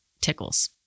tickles